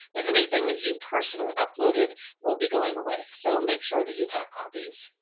but anything that you personally uploaded will be going away. so make sure that you have copies.